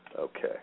Okay